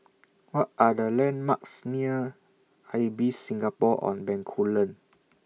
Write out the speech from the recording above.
What Are The landmarks near Ibis Singapore on Bencoolen